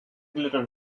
gluten